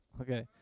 okay